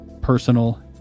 personal